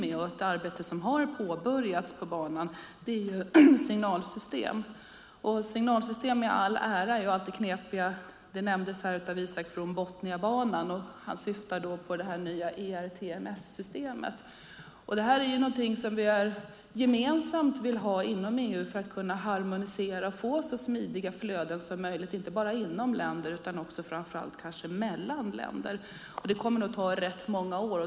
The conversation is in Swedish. Ett arbete som har påbörjats på banan gäller signalsystem. Signalsystem i all ära, men de är alltid knepiga. Isak From nämnde Botniabanan. Han syftar på det nya ERTMS-systemet. Det här är någonting som vi gemensamt vill ha inom EU för att kunna harmonisera och få så smidiga flöden som möjligt, inte bara inom länder utan kanske framför allt mellan länder. Det kommer nog att ta rätt många år.